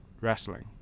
Wrestling